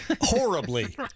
horribly